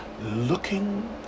Looking